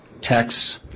texts